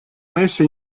messe